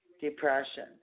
depression